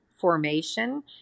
formation